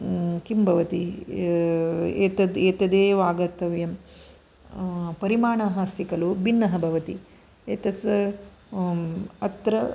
किं भवति एतद् एतदेव आगन्तव्यं परिमाणः अस्ति खलु भिन्नः भवति एतद् अत्र